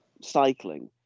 cycling